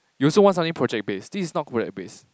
you also want something project based this is not project based